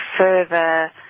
further